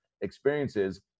experiences